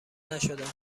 نشدم